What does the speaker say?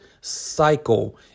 cycle